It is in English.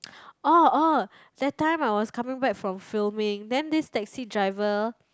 orh orh that time I was coming back from filming then this taxi driver